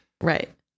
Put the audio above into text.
Right